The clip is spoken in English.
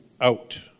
out